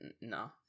No